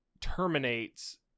terminates